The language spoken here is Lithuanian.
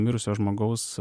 mirusio žmogaus